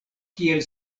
kiel